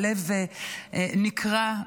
הלב נקרע,